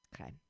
Okay